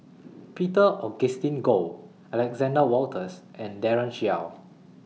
Peter Augustine Goh Alexander Wolters and Daren Shiau